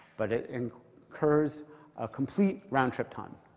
but it and incurs a complete roundtrip time.